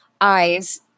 eyes